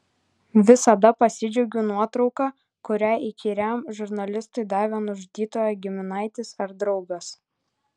visada pasidžiaugiu nuotrauka kurią įkyriam žurnalistui davė nužudytojo giminaitis ar draugas